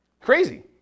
Crazy